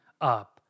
up